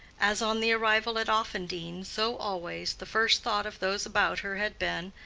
as on the arrival at offendene, so always, the first thought of those about her had been,